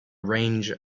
range